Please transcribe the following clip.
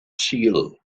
sul